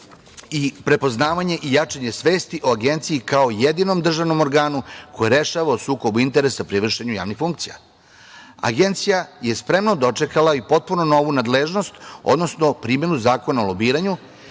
i prepoznavanje i jačanje svesti o Agenciji kao jedinom državnom organu koji rešava o sukobu interesa pri vršenju javnih funkcija. Agencija je spremno dočekala i potpuno novu nadležnost, odnosno primenu Zakona o lobiranju,